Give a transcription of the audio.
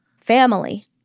family